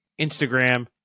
Instagram